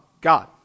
God